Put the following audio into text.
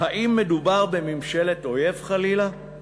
האם מדובר בממשלת אויב, חלילה?